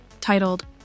titled